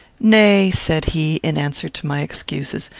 nay, said he, in answer to my excuses,